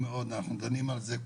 ולכן אנחנו הסתמכנו על הנתונים האלה.